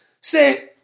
say